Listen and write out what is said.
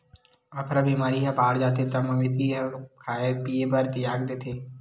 अफरा बेमारी ह बाड़ जाथे त मवेशी ह खाए पिए बर तियाग देथे